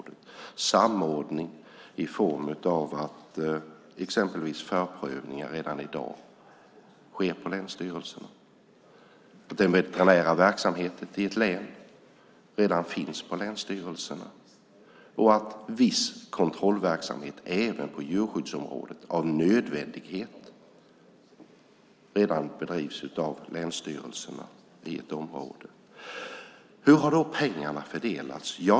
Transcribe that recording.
Det blir samordning i form av att exempelvis förprövningar redan i dag sker hos länsstyrelserna. Den veterinära verksamheten i ett län finns redan hos länsstyrelserna, och viss kontrollverksamhet även på djurskyddsområdet bedrivs av nödvändighet redan av länsstyrelserna i ett område. Hur har då pengarna fördelats?